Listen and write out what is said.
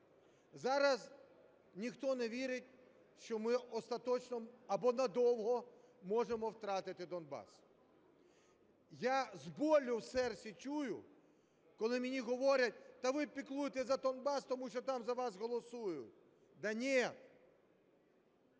Зараз ніхто не вірить, що ми остаточно або надовго можемо втратити Донбас. Я з біллю в серці чую, коли мені говорять: та ви піклуєтесь за Донбас, тому що там за вас голосують.